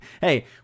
Hey